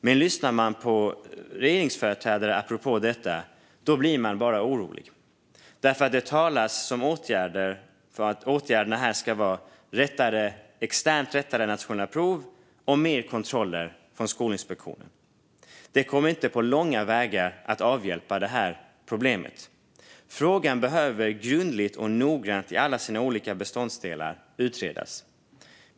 Men lyssnar man på regeringsföreträdare apropå detta blir man bara orolig, för det talas om att åtgärderna ska vara externt rättade nationella prov och mer kontroller från Skolinspektionen. Det kommer inte på långa vägar att avhjälpa detta problem. Frågan behöver grundligt och noggrant utredas i alla sina olika beståndsdelar.